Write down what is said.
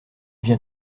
vient